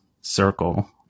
circle